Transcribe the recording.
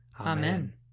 Amen